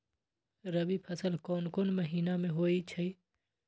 रबी फसल कोंन कोंन महिना में होइ छइ?